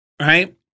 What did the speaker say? right